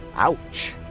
ouch.